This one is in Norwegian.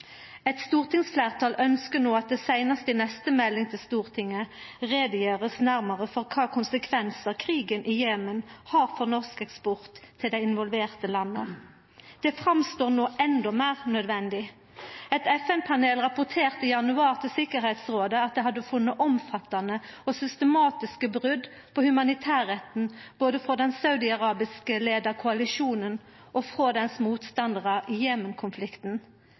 Eit stortingsfleirtal ønskjer no at det seinast i neste melding til Stortinget blir gjort nærare greie for kva konsekvensar krigen i Jemen har for norsk eksport til dei involverte landa. Det verkar no endå meir nødvendig. Eit FN-panel rapporterte i januar til Tryggingsrådet at dei hadde funne omfattande og systematiske brot på humanitærretten både frå den saudiarabiskleia koalisjonen og frå motstandarane deira i